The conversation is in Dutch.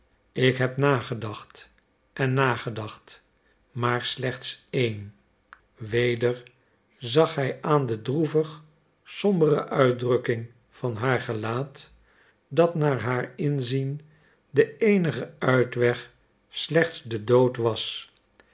ik heb nagedacht en nagedacht maar slechts een weder zag hij aan de droevig sombere uitdrukking van haar gelaat dat naar haar inzien de eenige uitweg slechts de dood was